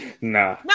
Nah